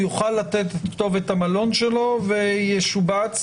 עדיין לא כתובת כי העדכונים שלו הם מלפני 30